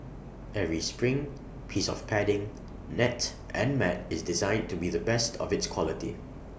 every spring piece of padding net and mat is designed to be the best of its quality